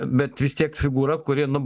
bet vis tiek figūra kuri nu